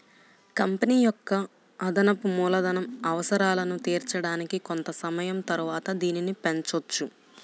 company యొక్క అదనపు మూలధన అవసరాలను తీర్చడానికి కొంత సమయం తరువాత దీనిని పెంచొచ్చు